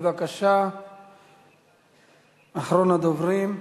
אחרון הדוברים.